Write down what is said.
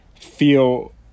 feel